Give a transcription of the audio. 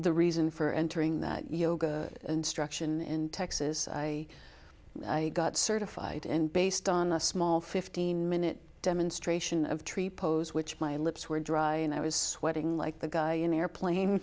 the reason for entering that yoga instruction in texas i got certified and based on a small fifteen minute demonstration of tripos which my lips were dry and i was sweating like the guy in the airplane